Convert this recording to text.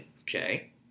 Okay